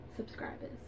subscribers